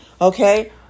Okay